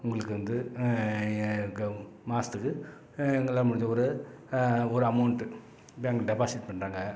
உங்களுக்கு வந்து மாதத்துக்கு எங்களால் முடிஞ்ச ஒரு ஒரு அமௌண்ட்டு பேங்க் டெபாசிட் பண்றாங்க